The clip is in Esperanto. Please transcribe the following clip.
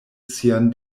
sian